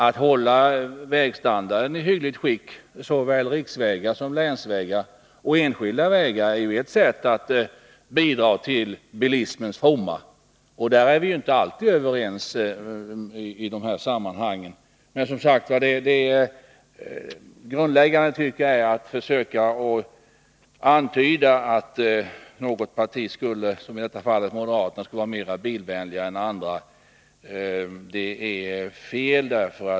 Att hålla vägarna — såväl riksvägar och länsvägar som enskilda vägar — i hyggligt skick är ett sätt att bidra till bilismens fromma. I de sammanhangen är vi inte alltid överens. Jag tycker som sagt att det är i grunden fel att försöka antyda att något parti, i detta fall moderaterna, skulle vara mera bilvänligt än andra.